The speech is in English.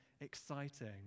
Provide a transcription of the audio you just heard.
exciting